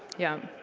yeah.